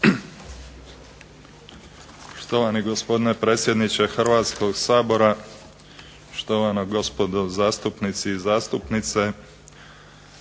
Štovani gospodine predsjedniče Hrvatskog sabora, štovana gospodo zastupnici i zastupnice